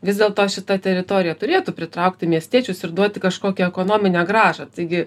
vis dėlto šita teritorija turėtų pritraukti miestiečius ir duoti kažkokią ekonominę grąžą taigi